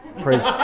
Praise